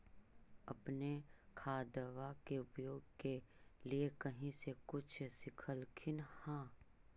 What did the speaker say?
अपने खादबा के उपयोग के लीये कही से कुछ सिखलखिन हाँ?